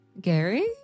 Gary